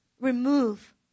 remove